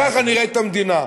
ככה נראית המדינה.